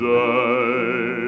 die